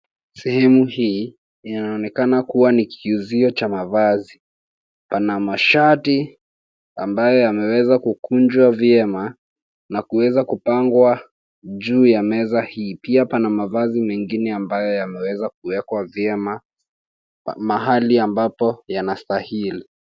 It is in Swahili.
Sehemu hii inaonekana kuwa ni kiuzio cha mavazi. Pana mashati ambayo yameweza kukunjwa vyema na kuweza kupangwa juu ya meza hii. Pia pana mavazi mengine ambayo yameweza kuwekwa vyema mahali ambapo yanastahili.